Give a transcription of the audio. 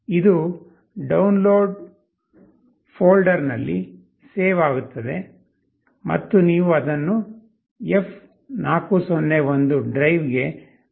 ಇದು download folder ನಲ್ಲಿ save ಆಗುತ್ತದೆ ಮತ್ತು ನೀವು ಅದನ್ನು F401 ಡ್ರೈವ್ಗೆ ಕಾಪಿ ಮಾಡಿ ಮತ್ತು ಪೇಸ್ಟ್ ಮಾಡಿ